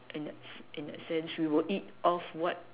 in the sense we will eat off what